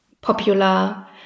popular